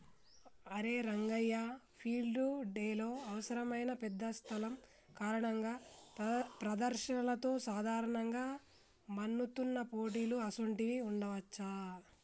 అరే రంగయ్య ఫీల్డ్ డెలో అవసరమైన పెద్ద స్థలం కారణంగా ప్రదర్శనలతో సాధారణంగా మన్నుతున్న పోటీలు అసోంటివి ఉండవచ్చా